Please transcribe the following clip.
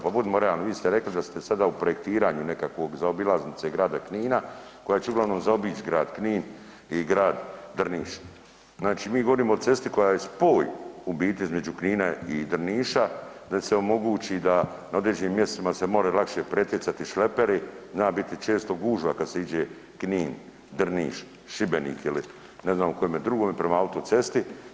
Pa budimo realni, vi ste rekli da ste sada u projektiranju nekakvog zaobilaznice Grada Knina koja će uglavnom zaobići Grad Knin i Grad Drniš, znači mi govorimo o cesti koja je spoj u biti između Knina i Drniša da se omogući da na određenim mjestima da se može lakše pretjecati šleperi, zna biti često gužva kada se iđe Knin, Drniš, Šibenik ili ne znam u kojem drugome, prema autocesti.